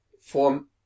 form